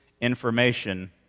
information